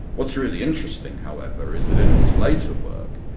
what's really interesting, however, is that in his later work,